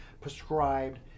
prescribed